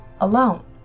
alone